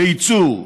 בייצור,